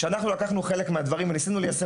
כשאנחנו לקחנו חלק מהדברים וניסינו ליישם